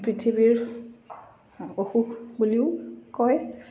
পৃথিৱীৰ অসুখ বুলিও কয়